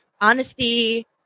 honesty